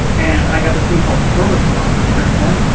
and, i got this thing called thrower's block. have you heard of that?